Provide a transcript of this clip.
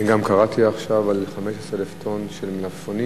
אני גם קראתי עכשיו על 15,000 טון של מלפפונים,